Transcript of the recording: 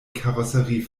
karosserie